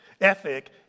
ethic